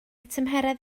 tymheredd